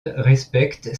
respecte